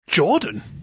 Jordan